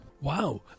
Wow